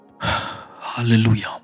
Hallelujah